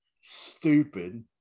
Stupid